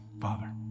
Father